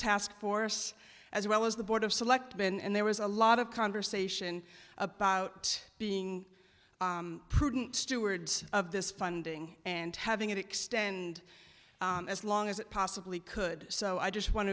task force as well as the board of selectmen and there was a lot of conversation about being prudent stewards of this funding and having it extend as long as it possibly could so i just want